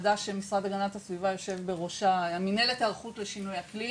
מנהלת היערכות לשינוי אקלים,